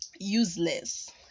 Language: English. useless